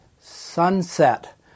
sunset